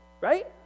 right